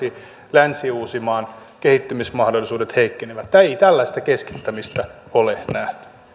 länsi uusimaan kehittymismahdollisuudet heikkenevät ei tällaista keskittämistä ole nähty